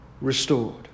restored